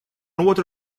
water